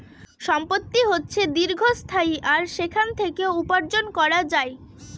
সম্পত্তি হচ্ছে দীর্ঘস্থায়ী আর সেখান থেকে উপার্জন করা যায়